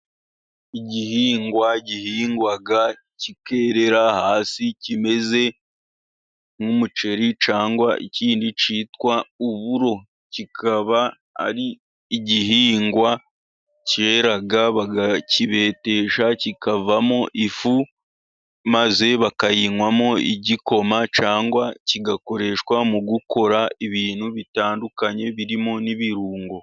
Igihingwa gihingwa kikerera hasi kimeze nk'umuceri cyangwa ikindi cyitwa uburo. Kikaba ari igihingwa cyera bakakibetesha kikavamo ifu, maze bakayinywamo igikoma, cyangwa kigakoreshwa mukora ibintu bitandukanye birimo n'ibirungo.